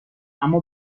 اما